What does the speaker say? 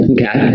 Okay